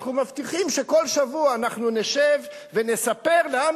אנחנו מבטיחים שכל שבוע אנחנו נשב ונספר לעם